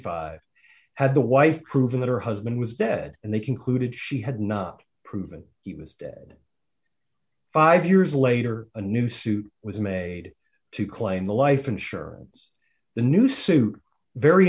five had the wife proven that her husband was dead and they concluded she had not proven he was dead five years later a new suit was made to claim the life insurance the new suit very